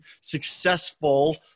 successful